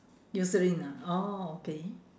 eucerin ah oh okay